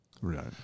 Right